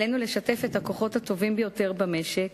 עלינו לשתף את הכוחות הטובים ביותר במשק,